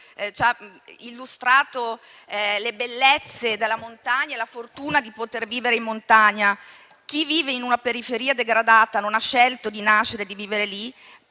ci ha illustrato le bellezze della montagna e la fortuna di vivere in montagna. Chi vive in una periferia degradata non ha scelto di nascere e di vivere lì